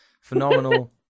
phenomenal